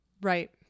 Right